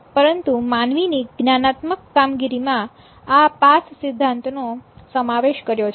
પરંતુ માનવીની જ્ઞાનાત્મક કામગીરીમાં આ પાસ સિદ્ધાંત નો સમાવેશ કર્યો છે